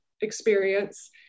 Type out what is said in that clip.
experience